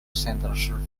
centre